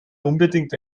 unbedingt